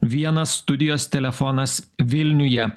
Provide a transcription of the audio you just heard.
vienas studijos telefonas vilniuje